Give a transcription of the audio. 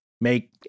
make